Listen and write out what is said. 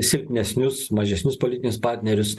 silpnesnius mažesnius politinius partnerius